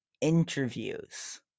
interviews